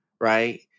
right